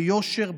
ביושר,